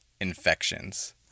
infections